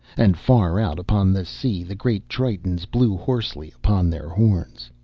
and far out upon the sea the great tritons blew hoarsely upon their horns.